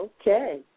Okay